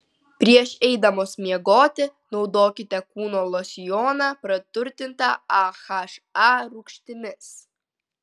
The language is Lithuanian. prieš eidamos miegoti naudokite kūno losjoną praturtintą aha rūgštimis